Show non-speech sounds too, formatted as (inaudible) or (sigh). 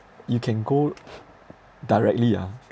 you can go (noise) directly ah